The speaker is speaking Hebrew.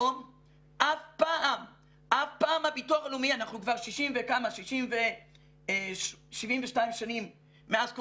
אף פעם הביטוח הלאומי, אנחנו כבר 72 שנים מאז קום